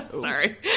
Sorry